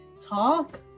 talk